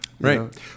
Right